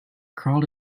crawled